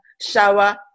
shower